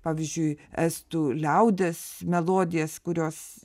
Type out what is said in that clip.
pavyzdžiui estų liaudies melodijas kurios